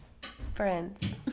friends